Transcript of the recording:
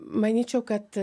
manyčiau kad